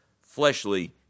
fleshly